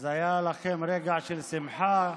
אז היה לכם רגע של שמחה,